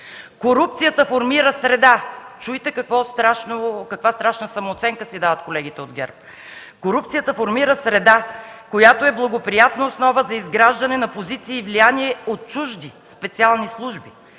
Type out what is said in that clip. колегите от ГЕРБ – която е благоприятна основа за изграждане на позиции и влияние от чужди специални служби,